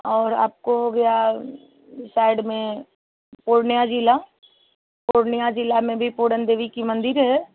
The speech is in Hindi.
और आपको हो गया साइड में पूर्णिया ज़िला पूर्णिया ज़िला में भी पूणन देवी की मंदिर है